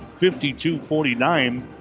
52-49